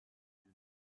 end